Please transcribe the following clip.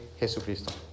Jesucristo